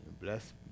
bless